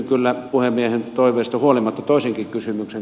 kysyn puhemiehen toiveesta huolimatta toisenkin kysymyksen